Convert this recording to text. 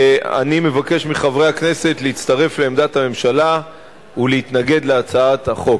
אני מבקש מחברי הכנסת להצטרף לעמדת הממשלה ולהתנגד להצעת החוק.